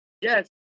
yes